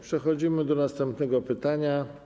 Przechodzimy do następnego pytania.